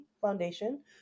foundation